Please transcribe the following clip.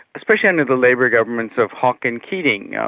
especially under the labor governments of hawke and keating,